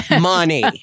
Money